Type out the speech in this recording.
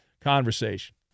conversation